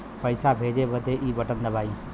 पइसा भेजे बदे ई बटन दबाई